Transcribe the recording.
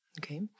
okay